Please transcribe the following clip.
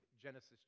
Genesis